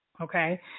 okay